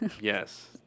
Yes